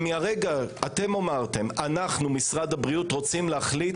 אתם אמרתם: אנחנו משרד הבריאות רוצים להחליט